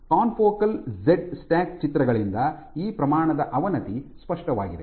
confocal Z stack ಚಿತ್ರಗಳಿಂದ ಈ ಪ್ರಮಾಣದ ಅವನತಿ ಸ್ಪಷ್ಟವಾಗಿದೆ